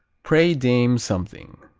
pray, dame, something,